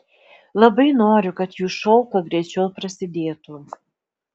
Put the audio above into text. labai noriu kad jų šou kuo greičiau prasidėtų